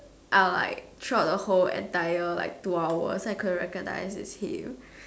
I was like throughout the whole entire like two hours then I couldn't recognize is him